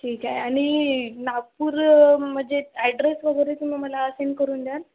ठीक आहे आणि नागपूर म्हणजे ॲड्रेस वगैरे तुम्ही मला सेंड करून द्याल